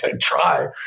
try